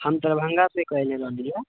हम दरभङ्गासँ कएले रहोँ मीडिया